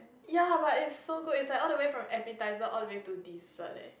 ya but it's so good it's like all the way from appetizer all the way dessert leh